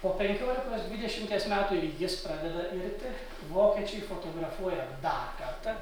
po penkiolikos dvidešimties metų ir jis pradeda irti vokiečiai fotografuoja dar kartą